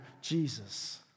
Jesus